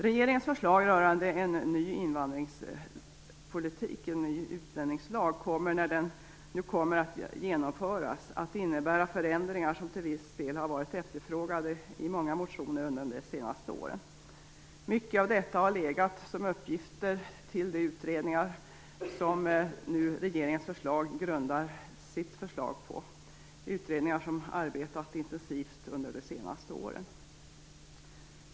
Regeringens förslag rörande en ny invandringspolitik och en ny utlänningslag kommer, när det nu skall genomföras, att innebära förändringar som till viss del har varit efterfrågade i många motioner under de senaste åren. Mycket av detta har varit uppgifter för de utredningar som arbetat under de senaste åren och som regeringens förslag nu grundar sig på.